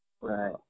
Right